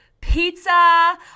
pizza